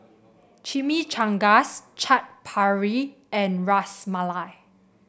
Chimichangas Chaat Papri and Ras Malai